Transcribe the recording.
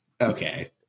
okay